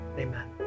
Amen